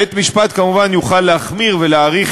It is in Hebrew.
בית-משפט כמובן יוכל להחמיר ולהאריך